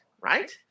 right